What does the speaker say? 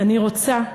אני רוצה,